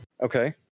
Okay